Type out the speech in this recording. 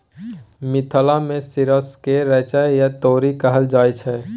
मिथिला मे सरिसो केँ रैचा या तोरी कहल जाइ छै